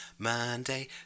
Monday